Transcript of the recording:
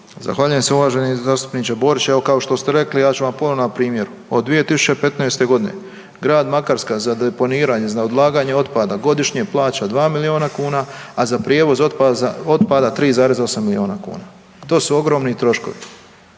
Zahvaljujem se uvaženi zastupniče Borić, evo, kao što ste rekli, ja ću vam ponovno dati primjer. Od 2015. g. grad Makarska za deponiranje, za odlaganje otpada godišnje plaća 2 milijuna kuna, a za prijevoz otpada 3,8 milijuna kuna. To su ogromni troškovi.